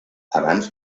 abans